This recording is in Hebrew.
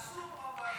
עומד אני פה,